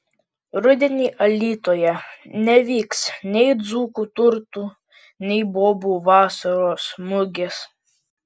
rudenį alytuje nevyks nei dzūkų turtų nei bobų vasaros mugės